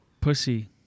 pussy